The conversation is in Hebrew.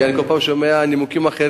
כי אני כל פעם שומע נימוקים אחרים.